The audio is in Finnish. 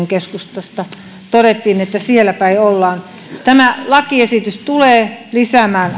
keskustasta todettiin että siellä päin ollaan tämä lakiesitys tulee lisäämään